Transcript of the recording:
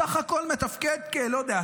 סך הכול מתפקד כלא יודע,